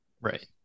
Right